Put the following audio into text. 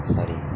Sorry